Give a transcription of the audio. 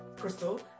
Crystal